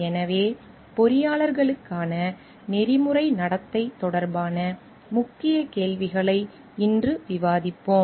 எனவே பொறியாளர்களுக்கான நெறிமுறை நடத்தை தொடர்பான முக்கிய கேள்விகளை இன்று விவாதிப்போம்